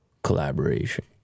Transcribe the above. collaboration